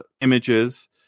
images